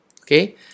Okay